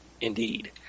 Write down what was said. Indeed